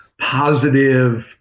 positive